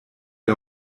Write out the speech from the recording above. der